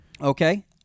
Okay